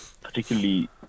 Particularly